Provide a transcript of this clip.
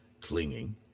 clinging